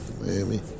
Miami